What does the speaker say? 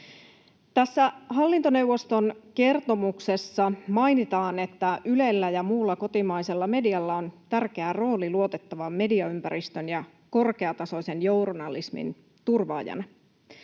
Tässä hallintoneuvoston kertomuksessa mainitaan, että Ylellä ja muulla kotimaisella medialla on tärkeä rooli luotettavan mediaympäristön ja korkeatasoisen journalismin turvaajana.